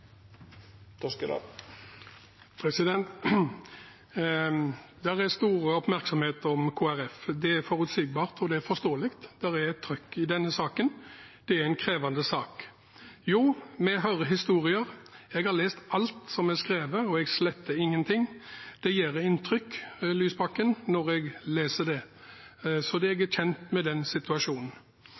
er forutsigbart, og det er forståelig – det er trykk i denne saken, det er en krevende sak. Jo, vi hører historier. Jeg har lest alt som er skrevet, og jeg sletter ingenting. Til representanten Lysbakken: Det gjør inntrykk når jeg leser om det, så jeg er kjent med situasjonen.